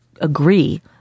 agree